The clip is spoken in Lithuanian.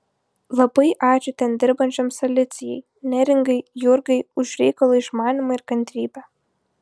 labai ačiū ten dirbančioms alicijai neringai jurgai už reikalo išmanymą ir kantrybę